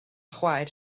chwaer